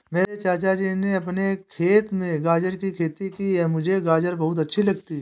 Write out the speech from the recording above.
मेरे चाचा जी ने अपने खेत में गाजर की खेती की है मुझे गाजर बहुत अच्छी लगती है